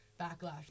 backlash